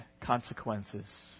consequences